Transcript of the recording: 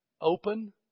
open